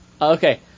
Okay